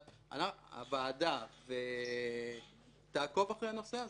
אבל הוועדה תעקוב אחרי הנושא הזה.